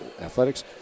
athletics